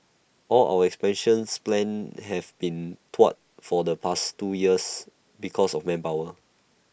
all our expansions plans have been thwarted for the past two years because of manpower